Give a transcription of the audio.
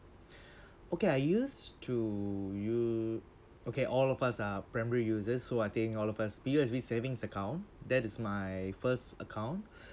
okay I used to u~ okay all of us are primary users so I think all of us P_O_S_B savings account that is my first account